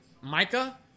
Micah